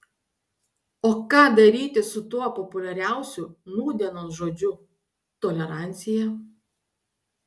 o ką daryti su tuo populiariausiu nūdienos žodžiu tolerancija